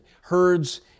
herds